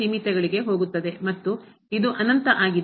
ಸೀಮಿತೆಗಳಿಗೆ ಹೋಗುತ್ತದೆ ಮತ್ತು ಇದು ಅನಂತ ಆಗಿದೆ